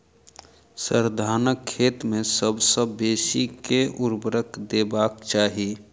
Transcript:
sir, धानक खेत मे सबसँ बेसी केँ ऊर्वरक देबाक चाहि